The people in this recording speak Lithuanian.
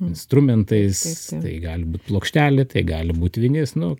instrumentais tai gali būt plokštelė tai gali būt vinis nu